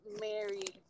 married